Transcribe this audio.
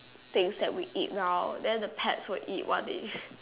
things that we eat now then the pets will one day